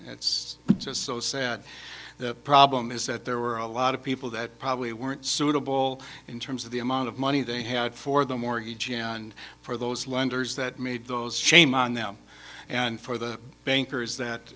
it's just so sad the problem is that there were a lot of people that probably weren't suitable in terms of the amount of money they had for the mortgage and for those lenders that made those shame on them and for the bankers that